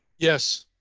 yes,